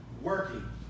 working